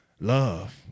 Love